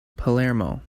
palermo